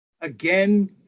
Again